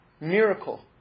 miracle